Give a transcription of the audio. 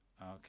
Okay